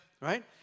Right